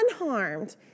unharmed